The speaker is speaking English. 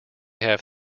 have